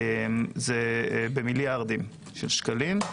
זה במיליארדים של שקלים,